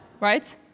right